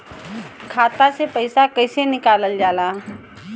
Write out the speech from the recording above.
खाता से पैसा कइसे निकालल जाला?